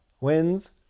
wins